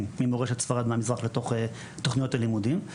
ממורשת ספרד והמזרח לתוך תוכניות הלימודים,